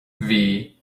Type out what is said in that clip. bhí